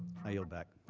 i yield back.